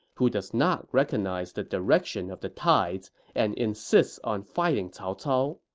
who does not recognize the direction of the tides and insists on fighting cao cao.